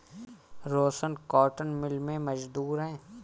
रोशन cotton mill में मजदूर है